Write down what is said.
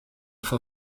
for